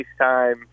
FaceTime